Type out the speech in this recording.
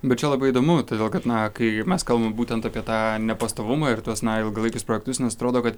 bet čia labai įdomu todėl kad na kai mes kalbam būtent apie tą nepastovumą ir tuos na ilgalaikius projektus nes atrodo kad